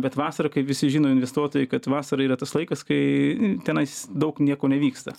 bet vasarą kai visi žino investuotojai kad vasara yra tas laikas kai tenais daug nieko nevyksta